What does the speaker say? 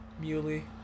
muley